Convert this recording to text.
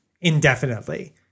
indefinitely